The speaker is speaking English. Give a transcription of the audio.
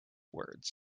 words